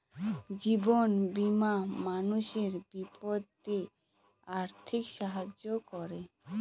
জীবন বীমা মানুষের বিপদে আর্থিক সাহায্য করে